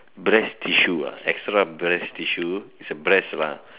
breast tissue uh extra breast tissue it's a breast lah